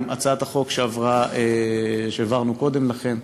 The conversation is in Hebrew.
עם הצעת החוק שהעברנו קודם לכן,